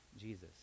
Jesus